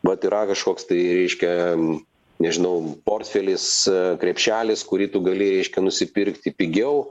vat yra kažkoks tai reiškia nežinau portfelis krepšelis kurį tu gali reiškia nusipirkti pigiau